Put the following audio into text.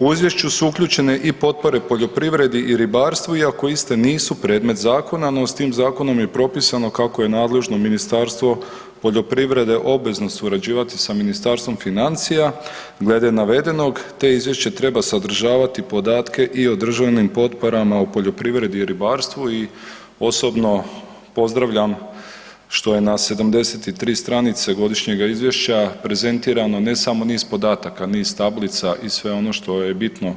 U izvješću su uključene i potpore poljoprivredi i ribarstvu iako iste nisu predmet zakona, no s tim zakonom je propisano kako je nadležno Ministarstvo poljoprivrede obvezno surađivati sa Ministarstvom financija glede navedenog te izvješće treba sadržavati podatke i o državnim potporama u poljoprivredi i ribarstvu i osobno pozdravljam što je na 73 stranice Godišnjeg izvješća prezentirano ne samo niz podataka, niz tablica i sve ono što je bitno